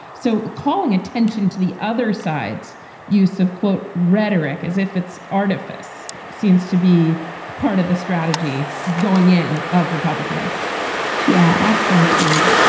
so calling attention to the other side's use of, quote, rhetoric as if it's artifice seems to be part of the strategy going in of republicans yeah, absolutely.